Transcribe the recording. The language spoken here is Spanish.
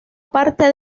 parte